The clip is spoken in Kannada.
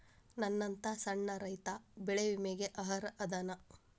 ನನ್ನಂತ ಸಣ್ಣ ರೈತಾ ಬೆಳಿ ವಿಮೆಗೆ ಅರ್ಹ ಅದನಾ?